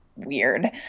weird